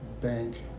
bank